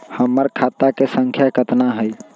हमर खाता के सांख्या कतना हई?